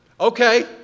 okay